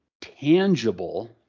tangible